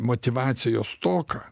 motyvacijos stoką